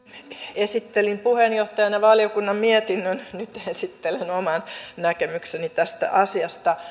esittelin puheenjohtajana valiokunnan mietinnön nyt esittelen oman näkemykseni tästä asiasta